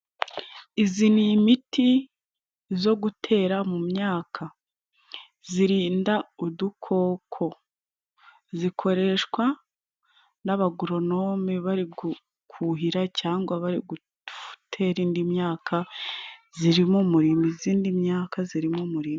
Iyi ni imiti yo gutera mu myaka, irinda udukoko, ikoreshwa n'abagoronome bari gukuhira cyangwa bari gufitetera indi myaka iri mu mumurima.